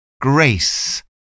grace